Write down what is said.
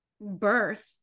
birth